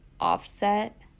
Offset